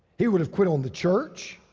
he would have quit on the church.